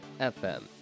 FM